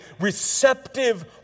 receptive